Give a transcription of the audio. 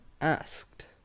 asked